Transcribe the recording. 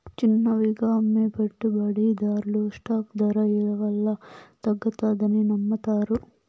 చిన్నవిగా అమ్మే పెట్టుబడిదార్లు స్టాక్ దర ఇలవల్ల తగ్గతాదని నమ్మతారు